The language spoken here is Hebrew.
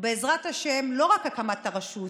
בעזרת השם, לא רק הקמת הרשות